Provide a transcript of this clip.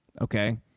okay